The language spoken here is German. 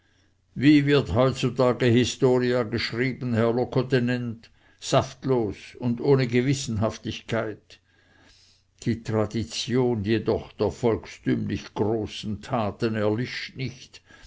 wie wird heutzutage historia geschrieben herr locotenent saftlos und ohne gewissenhaftigkeit die tradition jedoch der volkstümlich großen taten erlischt nicht